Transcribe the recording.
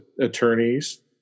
attorneys